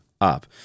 up